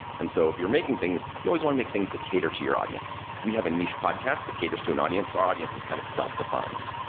and so if you're making things, you always want to make things that cater to your audience. we have a niche podcast that caters to an audience. our audience is kind of self-defined.